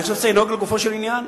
אני חושב שצריך לנהוג לגופו של עניין.